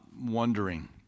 wondering